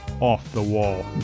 off-the-wall